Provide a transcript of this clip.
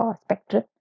spectrum